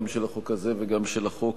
גם של החוק הזה וגם של החוק